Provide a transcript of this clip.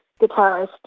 guitarist